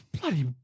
bloody